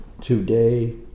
Today